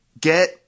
get